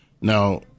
Now